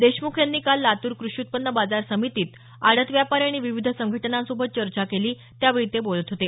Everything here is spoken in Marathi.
देशमुख यांनी काल लातूर कृषी उत्पन्न बाजार समितीत आडत व्यापारी आणि विविध संघटनांसोबत चर्चा केली त्यावेळी ते बोलत होते